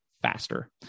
faster